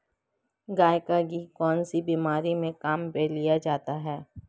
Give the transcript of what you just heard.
गाय का घी कौनसी बीमारी में काम में लिया जाता है?